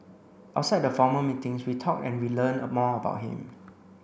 outside the formal meetings we talked and we learnt more about him